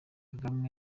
kagame